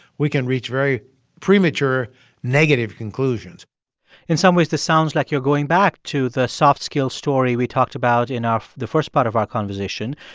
we can reach very premature negative conclusions in some ways, this sounds like you're going back to the soft-skill story we talked about in our the first part of our conversation,